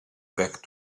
back